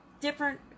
Different